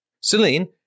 Celine